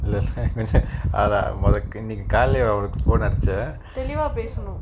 அவ உனக்கு இன்னைக்கு காலைலயே:ava unaku innaiku kaalailaye phone அடிச்சேன்:adichen